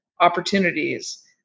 opportunities